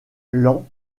ian